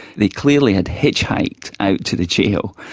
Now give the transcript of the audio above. they clearly had hitchhiked out to the jail,